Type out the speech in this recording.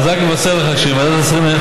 אני רק מבשר לך שוועדת השרים לענייני